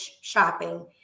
shopping